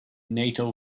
nato